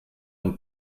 und